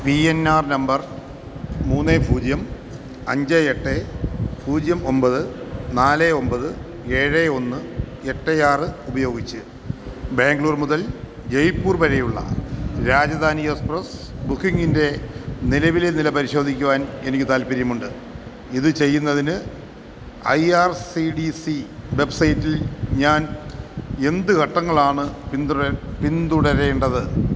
P N R നമ്പർ മൂന്ന് പൂജ്യം അഞ്ച് എട്ട് പൂജ്യം ഒമ്പത് നാല് ഒമ്പത് ഏഴ് ഒന്ന് എട്ട് ആറ് ഉപയോഗിച്ച് ബാംഗ്ലൂർ മുതൽ ജയ്പൂർ വരെ ഉള്ള രാജധാനി എക്സ്പ്രെസ്സ് ബുക്കിങ്ങിൻ്റെ നിലവിലെ നില പരിശോധിക്കുവാൻ എനിക്ക് താല്പര്യമുണ്ട് ഇത് ചെയ്യുന്നതിന് I R C T C വെബ്സൈറ്റിൽ ഞാൻ എന്ത് ഘട്ടങ്ങളാണ് പിന്തുടര പിന്തുടരേണ്ടത്